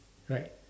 right